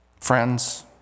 Friends